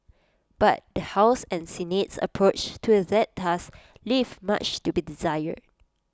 but the house and Senate's approach to that task leave much to be desired